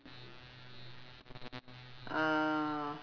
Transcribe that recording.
uh